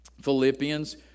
Philippians